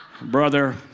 Brother